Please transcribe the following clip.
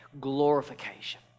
glorification